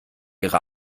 ihre